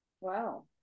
wow